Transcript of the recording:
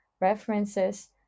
references